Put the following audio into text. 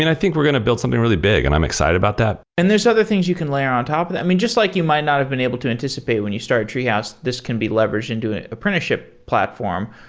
and i think we're going to build something really big, and i'm excited about that. and there's other things you can layer on top of that. i mean, just like you might not have been able to anticipate when you started treehouse. this can be leveraged in doing apprenticeship platform.